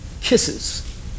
Kisses